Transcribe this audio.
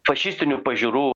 fašistinių pažiūrų